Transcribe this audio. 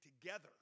together